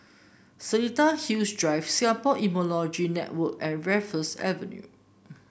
Seletar Hills Drive Singapore Immunology Network and Raffles Avenue